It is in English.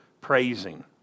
praising